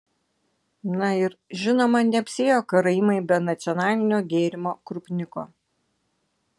na ir žinoma neapsiėjo karaimai be nacionalinio gėrimo krupniko